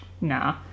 nah